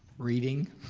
reading.